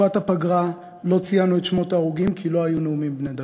בתקופת הפגרה לא ציינו את שמות ההרוגים כי לא היו נאומים בני דקה.